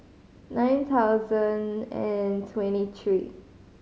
nine thousand and twenty three